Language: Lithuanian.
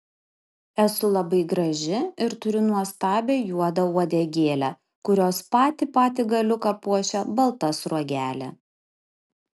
esu labai graži ir turiu nuostabią juodą uodegėlę kurios patį patį galiuką puošia balta sruogelė